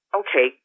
okay